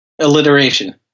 Alliteration